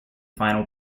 final